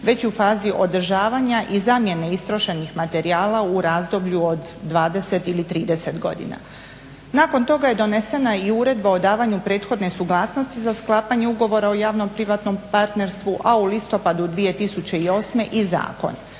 već i u fazi održavanja i zamjene istrošenih materijala u razdoblju od 20 ili 30 godina. Nakon toga je donesena i Uredba o davanju prethodne suglasnosti za sklapanje Ugovora o javno-privatnom partnerstvu, a u listopadu 2008. i zakon.